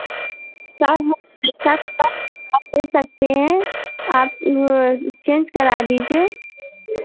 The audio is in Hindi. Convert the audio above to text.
सर हम दे सकते हैं आप चेंज करा दीजिए